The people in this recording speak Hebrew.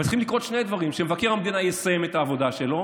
אבל צריכים לקרות שני דברים: שמבקר המדינה יסיים את העבודה שלו